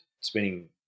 spending